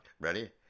Ready